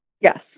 Yes